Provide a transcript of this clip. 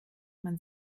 man